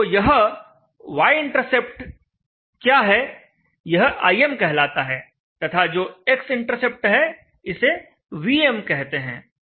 तो यह y intercept क्या है यह Im कहलाता है तथा जो x इंटरसेप्ट है इसे Vm कहते हैं